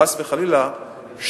חס וחלילה,